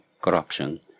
corruption